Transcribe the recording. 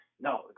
No